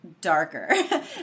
darker